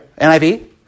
NIV